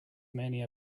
many